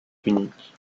unique